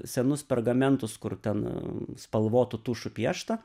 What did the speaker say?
senus pergamentus kur ten spalvotu tušu piešta